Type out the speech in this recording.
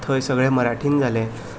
थंय सगलें मराठीन जालें